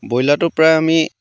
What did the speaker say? ব্ৰইলাৰটো প্ৰায় আমি